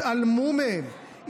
התעלמו מהם,